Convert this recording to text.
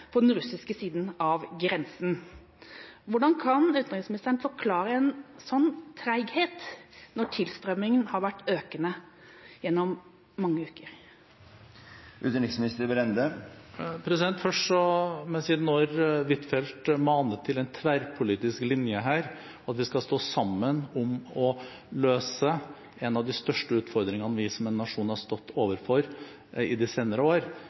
den russiske siden av grensen. Hvordan kan utenriksministeren forklare en slik treghet når tilstrømminga har vært økende gjennom mange uker? Først må jeg si at når Huitfeldt maner til en tverrpolitisk linje her, at vi skal stå sammen om å løse en av de største utfordringene vi som nasjon har stått overfor i de senere år,